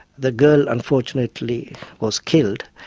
the girl unfortunately was killed.